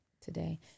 today